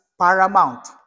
paramount